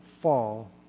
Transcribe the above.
fall